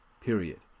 period